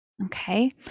Okay